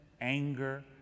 anger